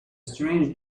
strange